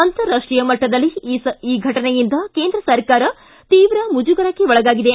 ಅಂತರಾಷ್ಟೀಯ ಮಟ್ಟದಲ್ಲಿ ಈ ಘಟನೆಯಿಂದ ಕೇಂದ್ರ ಸರ್ಕಾರ ತೀವ್ರ ಮುಜುಗರಕ್ಷೆ ಒಳಗಾಗಿದೆ